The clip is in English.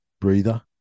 breather